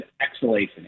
exhalation